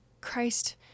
Christ